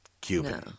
Cuban